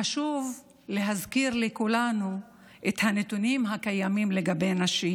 חשוב להזכיר לכולנו את הנתונים הקיימים לגבי נשים.